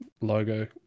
logo